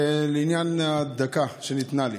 לעניין הדקה שניתנה לי,